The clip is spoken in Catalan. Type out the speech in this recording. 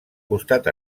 costat